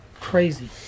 crazy